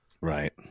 Right